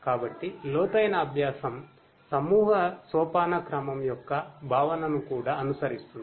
కాబట్టి లోతైన అభ్యాసం సమూహ సోపానక్రమం యొక్క భావనను కూడా అనుసరిస్తుంది